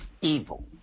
evil